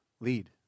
Lead